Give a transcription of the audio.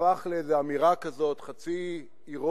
הפך את זה לאיזה אמירה כזאת, חצי אירונית,